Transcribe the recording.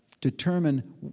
determine